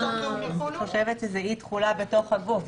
אני חושבת שזה אי תחולה בתוך הגוף.